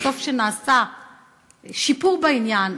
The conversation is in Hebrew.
וטוב שנעשה שיפור בעניין,